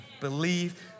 believe